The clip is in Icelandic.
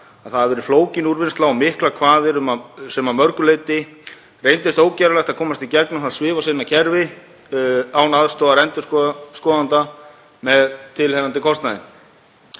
að það hafi verið flókin úrvinnsla og miklar kvaðir og að mörgu leyti reyndist ógerlegt að komast í gegnum það svifaseina kerfi án aðstoðar endurskoðanda með tilheyrandi kostnaði.